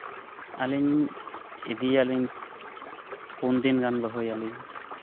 ᱟᱹᱤᱧ ᱞᱤᱧ ᱤᱫᱤᱭᱟᱞᱤᱧ ᱯᱩᱱ ᱫᱤᱱ ᱜᱟᱱ ᱫᱚᱦᱚᱭᱟᱞᱤᱧ